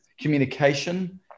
communication